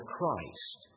Christ